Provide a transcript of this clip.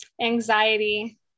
anxiety